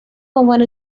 عنوان